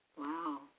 Wow